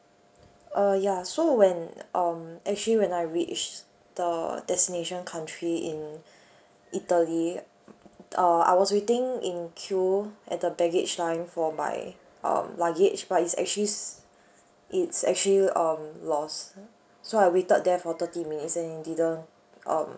uh ya so when um actually when I reach the destination country in italy uh I was waiting in queue at the baggage line for my um luggage but it's actually it's actually um lost so I waited there for thirty minutes and it didn't um